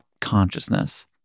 consciousness